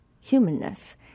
humanness